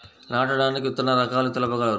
నాటడానికి విత్తన రకాలు తెలుపగలరు?